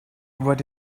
what